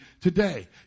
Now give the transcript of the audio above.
today